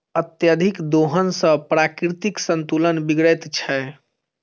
अत्यधिक दोहन सॅ प्राकृतिक संतुलन बिगड़ैत छै